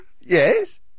Yes